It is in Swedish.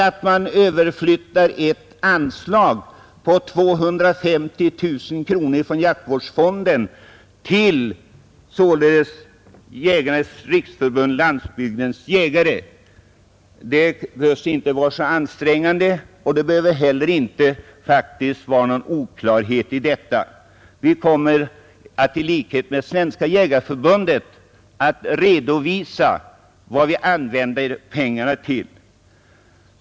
Att överflytta ett anslag om 250 000 kronor från jaktvårdsfonden till Jägarnas riksförbund—Landsbygdens jägare behöver väl inte vara så ansträngande, och det behöver inte heller medföra någon oklarhet. Vi kommer, i likhet med Svenska jägareförbundet, att redovisa vad vi använt pengarna till.